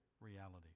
reality